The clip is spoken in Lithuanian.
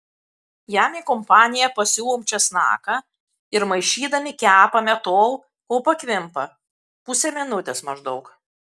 jam į kompaniją pasiūlom česnaką ir maišydami kepame tol kol pakvimpa pusę minutės maždaug